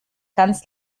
ganz